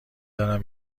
دارم